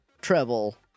treble